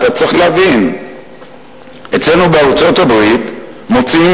אתה צריך להבין שאצלנו בארצות-הברית מוציאים